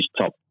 top